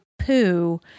poo